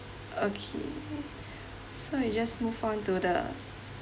okay so you just move on to the